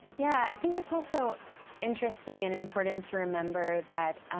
yeah, i think it's also interesting and important to remember that